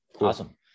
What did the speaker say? awesome